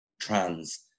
trans